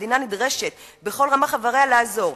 והמדינה נדרשת בכל רמ"ח איבריה לעזור.